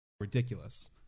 ridiculous